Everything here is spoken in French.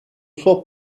soit